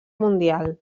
mundial